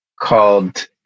called